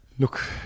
Look